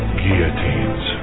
guillotines